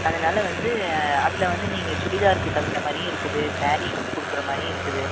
அதனால வந்து அதில் வந்து நீங்கள் சுடிதாருக்கு தகுந்தமாதிரியும் இருக்குது ஸேரீக்கு கொடுக்குற மாதிரியும் இருக்குது